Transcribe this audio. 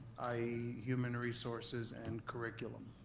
i e. human resources and curriculum.